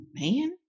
man